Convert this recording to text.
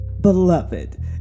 Beloved